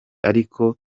ariko